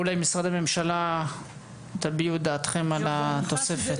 ואולי משרדי הממשלה יביעו את דעתם על התוספת.